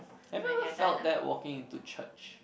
have you ever felt that walking into church